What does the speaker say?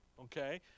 Okay